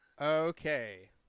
Okay